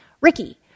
Ricky